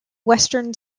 western